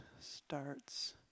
starts